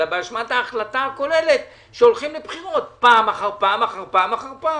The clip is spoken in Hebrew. אלא באשמת ההחלטה הכוללת שהולכים לבחירות פעם אחר פעם אחר פעם אחר פעם.